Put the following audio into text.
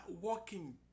working